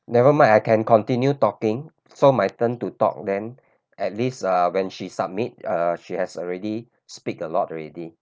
never mind I can continue talking so my turn to talk then at least ah when she submit ah she has already speak a lot already